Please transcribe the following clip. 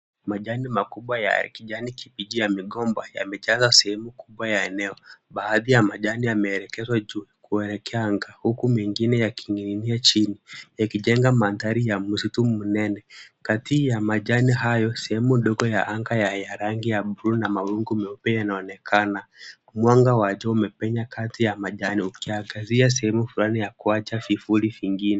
Majani makubwa ya kijani kibichi ya migomba yamejaza sehemu kubwa ya eneo. Baadhi ya majani yameelekezwa juu kuelekea anga huku mengine yakininginia chini yakijenga mandhari ya msitu mnene. Kati ya majani hayo sehemu ndogo ya anga ya rangi ya buluu na mawingu meupe yanaonekana. Mwanga wa juu umepenya kati ya majani ukiangazia sehemu fulani ya kuacha vivuli vingine.